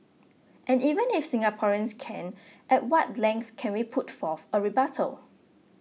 and even if Singaporeans can at what length can we put forth a rebuttal